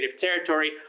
territory